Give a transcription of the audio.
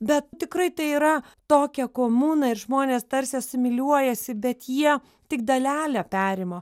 bet tikrai tai yra tokia komuna ir žmonės tarsi asimiliuojasi bet jie tik dalelę perima